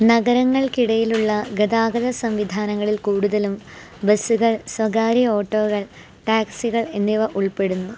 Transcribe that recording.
നഗരങ്ങള്ക്കിടയിലുള്ള ഗതാഗത സംവിധാനങ്ങളിൽ കൂടുതലും ബസുകൾ സ്വകാര്യ ഓട്ടോകൾ ടാക്സികൾ എന്നിവ ഉൾപ്പെടുന്നു